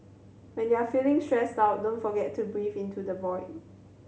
when you are feeling stressed out don't forget to breathe into the void